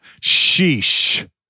Sheesh